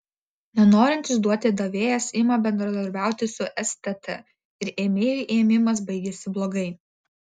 nenorintis duoti davėjas ima bendradarbiauti su stt ir ėmėjui ėmimas baigiasi blogai